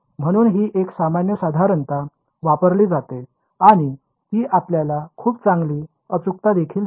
म्हणून ही एक सामान्य साधारणत वापरली जाते आणि ती आपल्याला खूप चांगली अचूकता देखील देते